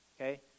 Okay